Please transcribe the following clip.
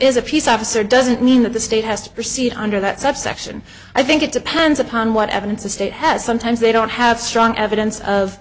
is a peace officer doesn't mean that the state has to proceed under that subsection i think it depends upon what evidence the state has sometimes they don't have strong evidence of